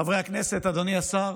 חברי הכנסת, אדוני השר,